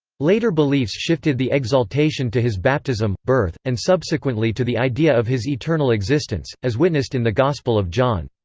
later beliefs shifted the exaltation to his baptism, birth, and subsequently to the idea of his eternal existence, as witnessed in the gospel of john.